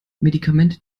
medikamente